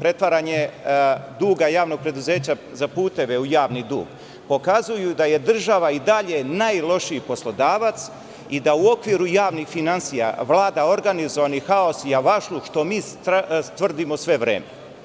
pretvaranje javnog duga preduzeća za puteve u javni dug pokazuju da je država i dalje jedan od najlošijih poslodavaca i da u okviru javnih finansija vlada organizovanih haos i javašluk, što mi tvrdimo sve vreme.